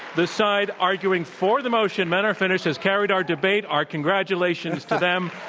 the side arguing for the motion, men are finished, has carried our debate. our congratulations to them.